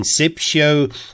Inceptio